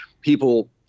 people